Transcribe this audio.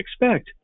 expect